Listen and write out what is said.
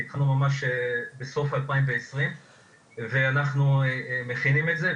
כי התחלנו ממש בסוף 2020. ואנחנו מכינים את זה,